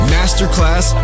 Masterclass